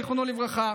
זיכרונו לברכה.